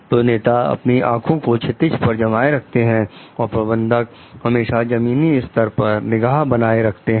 तो नेता अपनी आंखों को क्षितिज पर जमाए रखते हैं और प्रबंधक हमेशा जमीनी स्तर पर निगाह बनाए रखते हैं